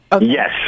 yes